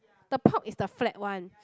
the pork is the flat one